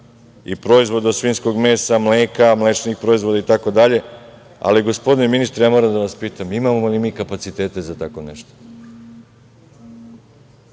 i proizvoda od svinjskog mesa, mleka, mlečnih proizvoda itd. Gospodine ministre, moram da vas pitam – imamo li mi kapacitete za tako nešto?